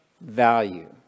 value